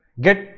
get